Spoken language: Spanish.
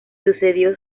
sucedió